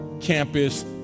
campus